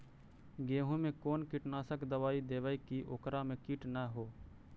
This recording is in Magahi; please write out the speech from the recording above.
गेहूं में कोन कीटनाशक दबाइ देबै कि ओकरा मे किट न हो?